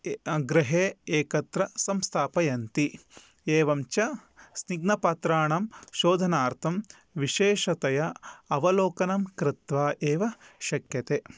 गृहे एकत्र संस्थापयन्ति एवं च स्निग्धपात्राणां शोधनार्थं विशेषतया अवलोकनं कृत्वा एव शक्यते